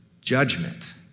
judgment